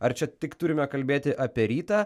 ar čia tik turime kalbėti apie rytą